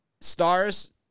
Stars